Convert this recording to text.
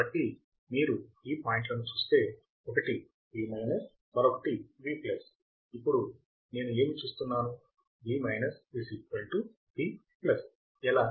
కాబట్టి మీరు ఈ పాయింట్లను చూస్తే ఒకటి V మరొకటి V ఇప్పుడు నేను ఏమి చూస్తున్నాను V V ఎలా